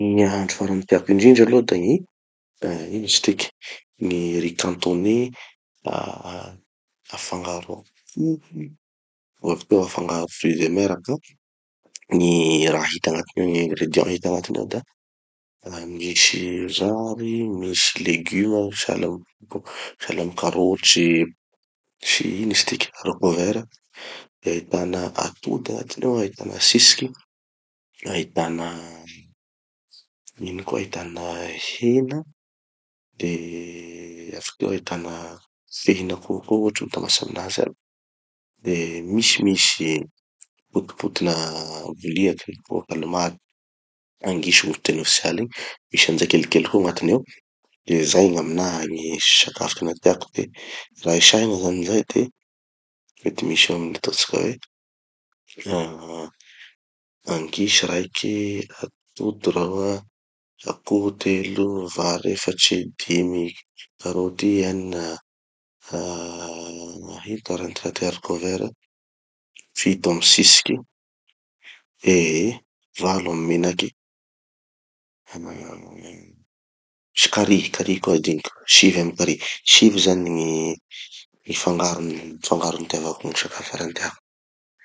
Ny ahandro farany tiako indrindra aloha da gny riz cantoné ah afangaro akoho, vo avy teo afangaro fruits de mer ka gny raha hita agnat-, gny ingredients hita agnatiny ao da ah misy vary, misy leguma sahala am- sahala amy karoty sy sy ino izy tiky, haricots verts. Ahitana atody agnatiny ao, ahitana tsitsiky, ahitana, ino koa, ahitana hena, de avy teo ahitana fehin'akoho koa ohatsy mitambatsy aminazy aby, de misy misy potipotina boliaky potipotina calmar, angisy ho gny fiteny ofisialy, misy anizay kelikely koa agnatiny ao. De zay gn'aminaha gny sakafo tena tiako de raha isahina zany zay de mety misy eo amy ataotsika hoe ah angisy raiky, atody roa, akoho telo, vary efatry, dimy karoty, enina ino ty agnaran'ny ty raha ty haricots verts, fito amy tsitsiky, eh eh valo amy menaky, ah misy carrie, carrie koa hadignoko, sivy amy carrie. Sivy zany gny gny fangarony, gny fangarony itiavako gny sakafo farany tiako.